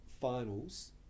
finals